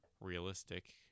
realistic